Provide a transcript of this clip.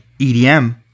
EDM